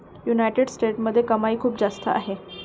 United स्टेट्समध्ये कमाई खूप जास्त आहे